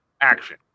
action